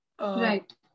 Right